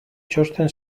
txosten